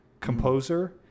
Composer